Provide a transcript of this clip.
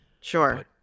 Sure